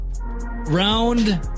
Round